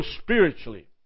spiritually